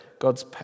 God's